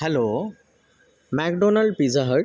hello McDonald's Pizza Hut